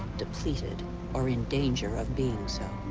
depleted or in danger of being so.